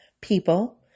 people